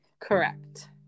correct